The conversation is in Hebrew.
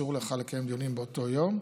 אסור לך לקיים דיונים באותו יום,